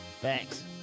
Thanks